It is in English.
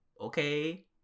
okay